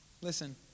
Listen